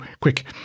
quick